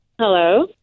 Hello